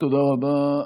תודה רבה.